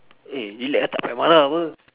eh relax ah tak payah marah [pe]